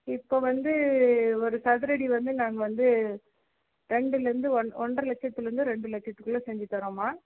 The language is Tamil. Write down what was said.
இப்போ வந்து ஒரு சதுரடி வந்து நாங்கள் வந்து ரெண்டுலிருந்து ஒன்றரை லட்சத்துலிருந்து ரெண்டு லட்சத்துக்குள்ளே செஞ்சுத்தரோம்மா